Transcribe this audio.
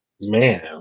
Man